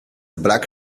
black